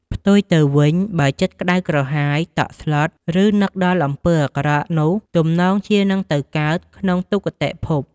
ផ្ទុយទៅវិញ បើចិត្តក្តៅក្រហាយ តក់ស្លុត ឬនឹកដល់អំពើអាក្រក់ នោះទំនងជានឹងទៅកើតក្នុងទុគតិភព។